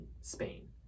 Spain